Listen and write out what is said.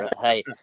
Hey